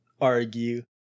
argue